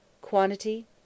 quantity